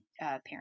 parent